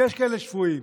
ויש שפויים: